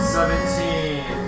Seventeen